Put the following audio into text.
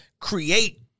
create